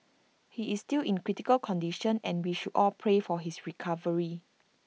he is still in critical condition and we should all pray for his recovery